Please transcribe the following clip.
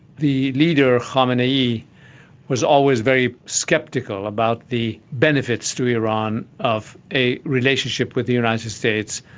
the leader khomeini was always very sceptical about the benefits to iran of a relationship with the united states.